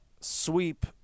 sweep